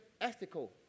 ethical